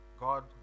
God